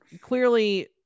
clearly